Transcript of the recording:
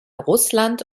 russland